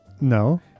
No